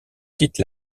quitte